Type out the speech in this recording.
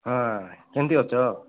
ହଁ କେମିତି ଅଛ